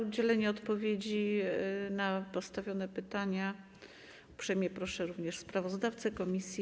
O udzielenie odpowiedzi na postawione pytania uprzejmie proszę również sprawozdawcę komisji.